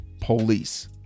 police